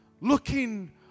looking